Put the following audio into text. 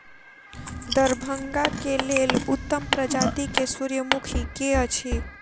दरभंगा केँ लेल उत्तम प्रजाति केँ सूर्यमुखी केँ अछि?